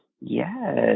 Yes